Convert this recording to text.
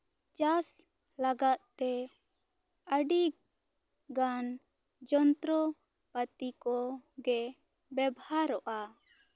ᱪᱟᱥ ᱞᱟᱜᱟᱫ ᱛᱮ ᱟᱹᱰᱤᱜᱟᱱ ᱡᱚᱱᱛᱚᱨᱚ ᱯᱟᱛᱤ ᱠᱚ ᱜᱮ ᱵᱮᱵᱷᱟᱨᱚᱜᱼᱟ